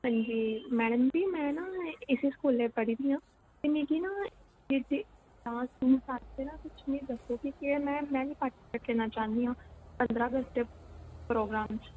हां जी मैडम जी में नां इस्सै स्कूलै पढ़ी दियां आं ते मिगी ना तुस मिगी एह् दस्सो कि में बी पार्टीसपेट करना चाह्न्नी आं पंदरां अगस्त प्रोग्राम च